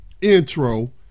intro